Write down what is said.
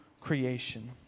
creation